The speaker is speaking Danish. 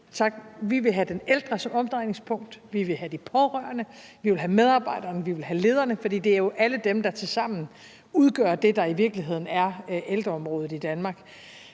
vi vil have den ældre som omdrejningspunkt, og også de pårørende, medarbejderne og lederne , for det er jo alle dem, der tilsammen udgør det, der i virkeligheden er ældreområdet i Danmark.